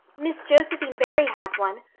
miss josephine barry has one.